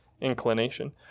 inclination